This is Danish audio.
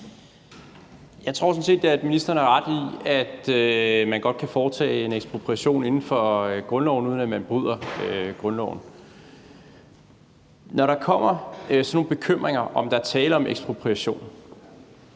Jeg tror sådan set, ministeren har ret i, at man godt kan foretage en ekspropriation inden for grundloven, uden at man bryder grundloven. Når der kommer sådan nogle bekymringer om, om der er tale om ekspropriation,